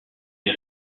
des